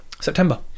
september